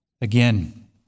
again